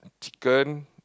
chicken